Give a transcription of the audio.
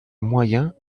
moyens